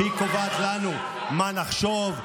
שהיא קובעת לנו מה נחשוב,